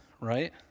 right